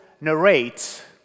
narrates